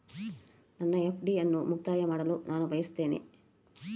ನನ್ನ ಎಫ್.ಡಿ ಅನ್ನು ಮುಕ್ತಾಯ ಮಾಡಲು ನಾನು ಬಯಸುತ್ತೇನೆ